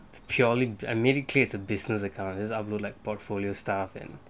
purely I medicate a business account just upload like portfolio stuff and